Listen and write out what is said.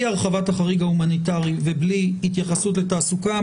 הרחבת החריג ההומניטרי ובלי התייחסות לתעסוקה,